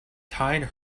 tied